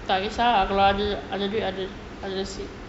tak kisah ah kalau ada ada duit ada